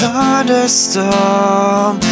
Thunderstorm